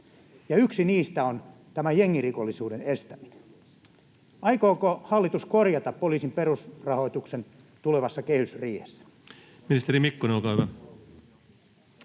Ja yksi niistä on tämä jengirikollisuuden estäminen. Aikooko hallitus korjata poliisin perusrahoituksen tulevassa kehysriihessä? [Speech 83] Speaker: